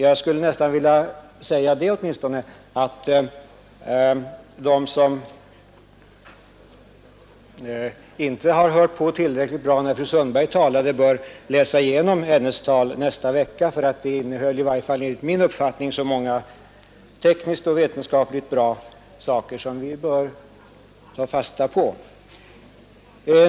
Jag skulle bland annat vilja säga att de som inte hörde på tillräckligt bra när fru Sundberg talade nyss bör läsa igenom hennes tal i det kommande protokollet. Det innehöll, i varje fall enligt min mening, många tekniskt och vetenskapligt värdefulla uppgifter som vi bör ta fasta på.